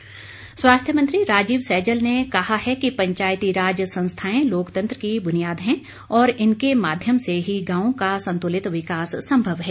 सैजल स्वास्थ्य मंत्री राजीव सैजल ने कहा है कि पंचायती राज संस्थाएं लोकतंत्र की बुनियाद हैं और इनके माध्यम से ही गांव का संतुलित विकास संभव है